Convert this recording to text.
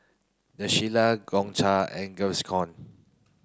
The Shilla Gongcha and Gaviscon